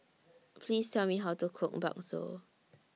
Please Tell Me How to Cook Bakso